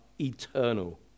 eternal